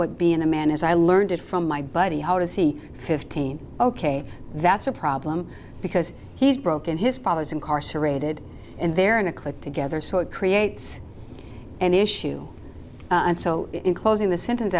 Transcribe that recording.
what being a man is i learned it from my buddy how to see fifteen ok that's a problem because he's broken his father's incarcerated and they're in a click together so it creates an issue and so in closing the sentence